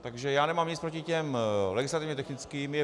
Takže já nemám nic proti těm legislativně technickým.